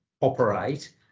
operate